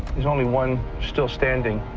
there's only one still standing.